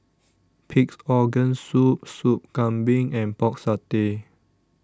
Pig'S Organ Soup Sup Kambing and Pork Satay